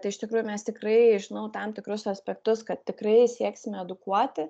tai iš tikrųjų mes tikrai žinau tam tikrus aspektus kad tikrai sieksime edukuoti